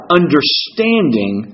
understanding